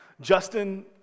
Justin